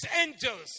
angels